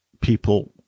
people